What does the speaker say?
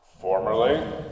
Formerly